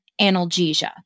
analgesia